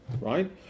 right